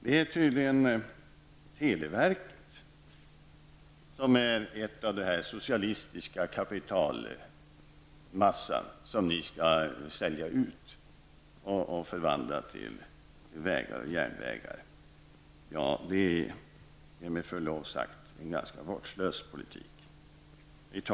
Det är tydligen televerket som är en del av denna socialistiska kapitalmassa som vi skall sälja ut och förvandla till vägar och järnvägar. Det är, med förlov sagt, en ganska vårdslös politik.